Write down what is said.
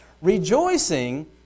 rejoicing